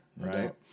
right